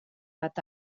bat